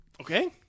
Okay